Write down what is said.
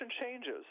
changes